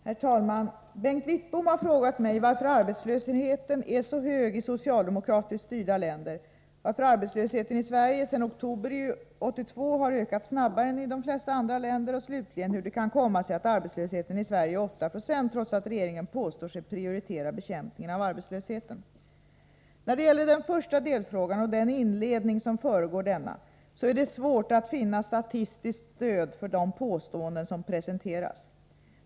Herr talman! Bengt Wittbom har frågat mig varför arbetslösheten är så hög i socialdemokratiskt styrda länder, varför arbetslösheten i Sverige sedan oktober år 1982 har ökat snabbare än i de flesta andra länder och slutligen hur det kan komma sig att arbetslösheten i Sverige är 8 2 trots att regeringen påstår sig prioritera bekämpningen av arbetslösheten. När det gäller den första delfrågan och den inledning som föregår denna, så är det svårt att finna statistiskt stöd för de påståenden som presenteras.